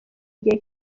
gihe